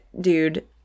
dude